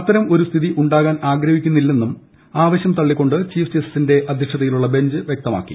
അത്തരം ഒരു സ്ഥിതി ഉണ്ടാകാൻ ആഗ്രഹിക്കുന്നില്ലെന്നും ആവശ്യം തള്ളിക്കൊണ്ട് ചീഫ് ജസ്റ്റിസി അധ്യക്ഷതയിലുള്ള ബെഞ്ച് വ്യക്തമാക്കി